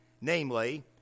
Namely